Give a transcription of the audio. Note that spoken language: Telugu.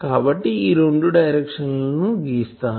కాబట్టి ఈ రెండు డైరెక్షన్లను గీస్తాను